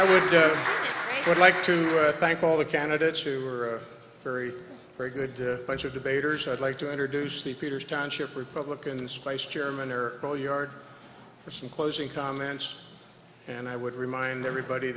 i would like to thank all the candidates who are very very good bunch of debaters i'd like to introduce the peters township republican spice chairman or valeyard for some closing comments and i would remind everybody